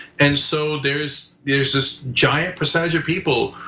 and so there's there's this giant percentage of people,